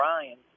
Ryan